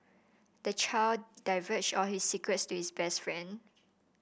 the child divulged all his secrets to his best friend